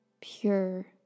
pure